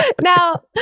Now